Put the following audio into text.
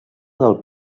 del